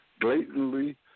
blatantly